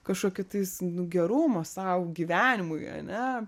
kažkokiu tais nu gerumo sau gyvenimui ane